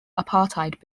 apartheid